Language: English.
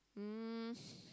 um